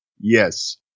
Yes